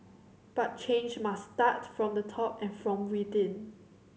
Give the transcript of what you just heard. but change must start from the top and from within